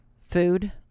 food